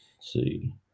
see